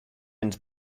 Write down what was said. into